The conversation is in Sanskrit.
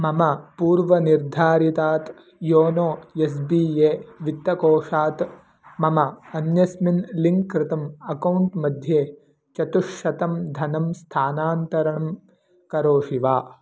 मम पूर्वनिर्धारितात् योनो एस् बी ए वित्तकोषात् मम अन्यस्मिन् लिङ्क् कृतम् अकौण्ट् मध्ये चतुश्शतं धनं स्थानान्तरणं करोषि वा